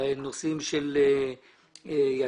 נושאים של יציבות?